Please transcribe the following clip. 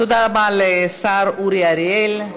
תודה רבה לשר אורי אריאל.